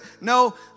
No